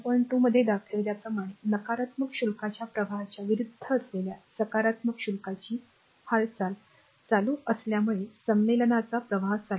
२ मध्ये दाखविल्याप्रमाणे नकारात्मक शुल्काच्या प्रवाहाच्या विरुद्ध असलेल्या सकारात्मक शुल्काची हालचाल चालू असल्यामुळे संमेलनाचा प्रवाह चालू आहे